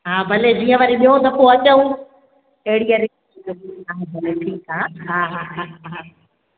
हा भले जीअं वरी ॿियों दफ़ो अचूं अहिड़ी घणी हा भले ठीकु आहे हा हा हा हा